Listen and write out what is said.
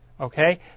okay